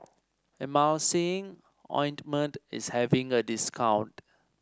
Emulsying Ointment is having a discount